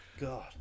God